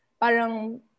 parang